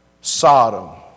Sodom